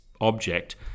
object